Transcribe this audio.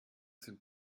sind